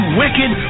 wicked